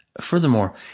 Furthermore